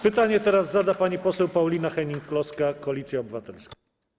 Pytanie teraz zada pani poseł Paulina Hennig-Kloska, Koalicja Obywatelska.